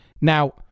now